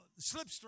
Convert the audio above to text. slipstream